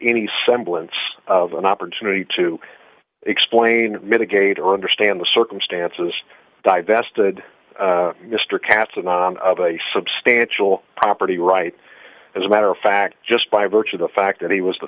any semblance of an opportunity to explain mitigate or understand the circumstances divested mr kaplan on of a substantial property rights as a matter of fact just by virtue of the fact that he was the